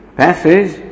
passage